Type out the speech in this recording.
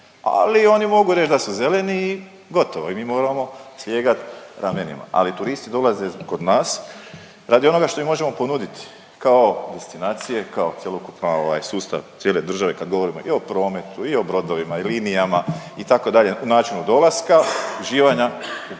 ali oni mogu reć da su zeleni i gotovo i mi moramo slijegat ramenima, ali turisti dolaze kod nas radi onoga što im možemo ponuditi, kao destinacije, kao cjelokupno ovaj sustav cijele države kad govorimo i o prometu i o brodovima i linijama itd. u načinu dolaska, uživanja